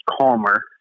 calmer